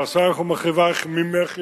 מהרסייך ומחריבייך ממך יצאו,